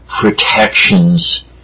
protections